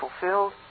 fulfilled